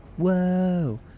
Whoa